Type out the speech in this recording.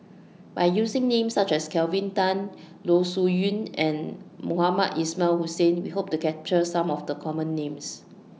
By using Names such as Kelvin Tan Loh Sin Yun and Mohamed Ismail Hussain We Hope to capture Some of The Common Names